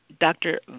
Dr